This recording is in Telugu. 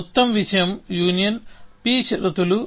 మొత్తం విషయం యూనియన్ p షరతులు a